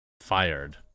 Fired